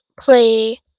play